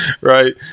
right